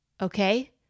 okay